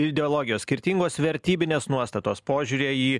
ideologijos skirtingos vertybinės nuostatos požiūriai į